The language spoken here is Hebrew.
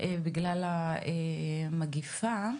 בגלל המגיפה,